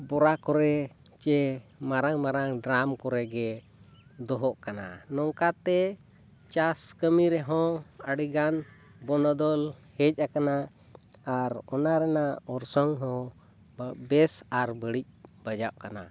ᱵᱚᱨᱟ ᱠᱚᱨᱮ ᱥᱮ ᱢᱟᱨᱟᱝ ᱢᱟᱨᱟᱝ ᱰᱨᱟᱢ ᱠᱚᱨᱮ ᱜᱮ ᱫᱚᱦᱚᱜ ᱠᱟᱱᱟ ᱱᱚᱝᱠᱟ ᱛᱮ ᱪᱟᱥ ᱠᱟᱹᱢᱤ ᱨᱮᱦᱚᱸ ᱟᱹᱰᱤ ᱜᱟᱱ ᱵᱚᱱᱚᱫᱚᱞ ᱦᱮᱡ ᱟᱠᱟᱱᱟ ᱟᱨ ᱚᱱᱟ ᱨᱮᱱᱟᱜ ᱚᱨᱥᱚᱝ ᱦᱚᱸ ᱵᱮᱥ ᱟᱨ ᱵᱟᱹᱲᱤᱡ ᱵᱟᱡᱟᱜ ᱠᱟᱱᱟ